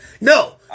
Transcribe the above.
No